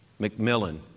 McMillan